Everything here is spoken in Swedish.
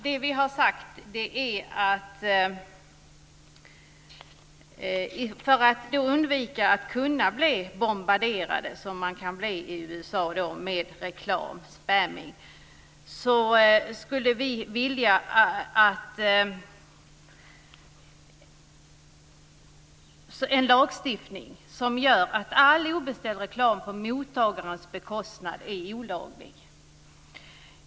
Det vi har sagt är att för att undvika att bli bombarderade, som man kan bli i USA, med reklam, spamming, skulle vi vilja ha en lagstiftning som innebär att all obeställd reklam på mottagarnas bekostnad är olaglig.